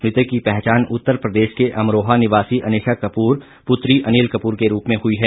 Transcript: मृतक की पहचान उत्तर प्रदेश के अमरोहा निवासी अनिशा कपूर पुत्री अनिल कपूर के रूप में हुई है